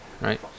Right